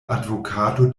advokato